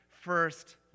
first